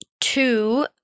Two